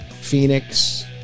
Phoenix